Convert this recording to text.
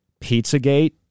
Pizzagate